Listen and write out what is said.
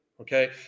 Okay